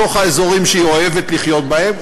בתוך האזורים שהיא אוהבת לחיות בהם,